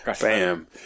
Bam